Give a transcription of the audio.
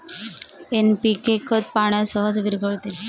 NPK खत पाण्यात सहज विरघळते